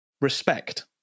respect